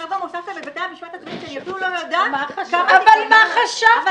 ועכשיו הוספתם את בתי המשפט הצבאיים --- אבל מה חשבת,